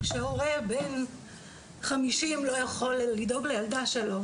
כשההורה בן חמישים לא יכול לדאוג לילדה שלו,